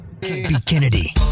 Kennedy